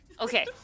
Okay